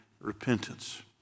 repentance